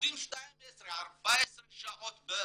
עובדים 114-12 שעות ביום.